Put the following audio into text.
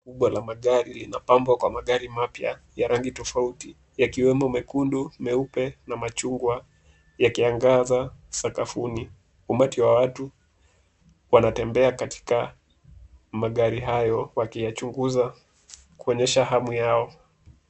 Kubwa la magari, limepambwa kwa magari mapya ya rangi tofauti, yakiwemo mekundu, meupe na machungwa, yakiangaza sakafuni. Umati wa watu wanatembea katika magari hayo wakiyachunguza kuonyesha hamu yao.